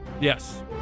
yes